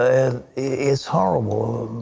ah is horrible.